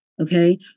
okay